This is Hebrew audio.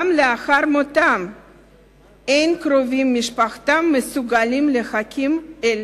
גם לאחר מותם אין קרובי משפחתם מסוגלים להקים על